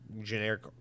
generic